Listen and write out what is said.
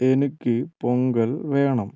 എനിക്ക് പൊങ്കൽ വേണം